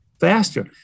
faster